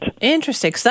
Interesting